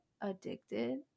addicted